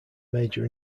major